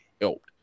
helped